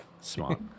smart